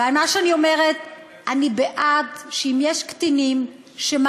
ומה שאני אומרת: אני בעד שאם יש קטינים שמעדו